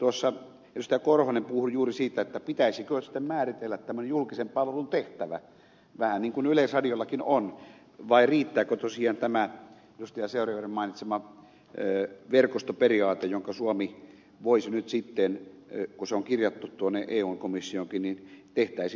timo korhonen puhui juuri siitä pitäisikö sitten määritellä tämän julkisen palvelun tehtävä vähän niin kuin yleisradiollakin on vai riittääkö tosiaan tämä edustaja seurujärven mainitsema verkostoperiaate josta suomi voisi nyt sitten tehdä eri lain kun se on kirjattu tuonne eun komissioonkin